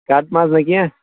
کَٹہٕ ماز نہ کیٚنہہ